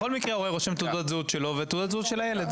בכל מקרה ההורה רושם את תעודת הזהות שלו ואת תעודת הזהות של הילד.